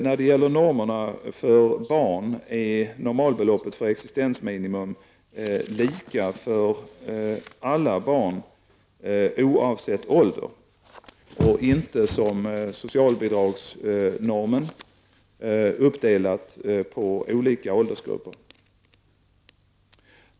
När det gäller normerna för barn är normalbeloppet för existensminimum lika för alla barn oavsett ålder och inte som socialbidragsnormen uppdelat på olika åldersgrupper.